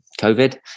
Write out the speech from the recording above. COVID